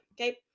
Okay